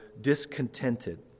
discontented